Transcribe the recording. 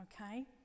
okay